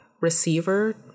receiver